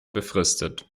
befristet